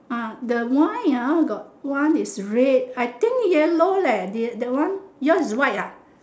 ah the wine ah got one is red I think yellow leh the that one yours is white ah